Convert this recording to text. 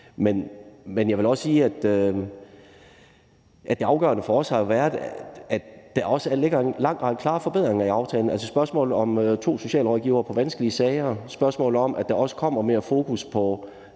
Men jeg vil også sige, at det afgørende for os har været, at der ligger en lang række klare forbedringer i aftalen – altså spørgsmålet om, at der skal være to socialrådgivere på vanskelige sager, og spørgsmålet om, at der kommer mere fokus på